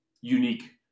unique